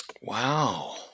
Wow